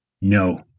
No